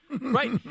Right